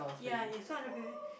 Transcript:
ya it's two hundred and fifty